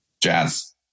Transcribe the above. Jazz